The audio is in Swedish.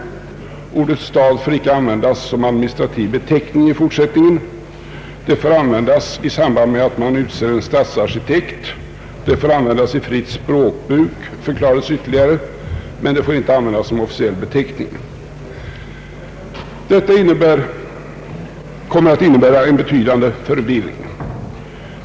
Ordet stad får icke användas som administrativ beteckning i fortsättningen. Det får användas i samband med att man utser en stadsarkitekt, och det får användas i fritt språkbruk, förklarades ytterligare, men det får inte användas som officiell beteckning. Detta kommer att innebära en betydande förvirring.